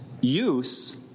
use